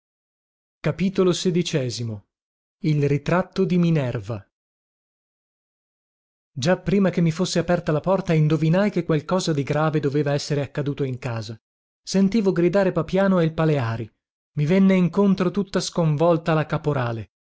e l ritratto di minerva già prima che mi fosse aperta la porta indovinai che qualcosa di grave doveva essere accaduto in casa sentivo gridare papiano e il aleari i venne incontro tutta sconvolta la caporale